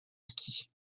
ski